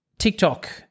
TikTok